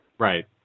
Right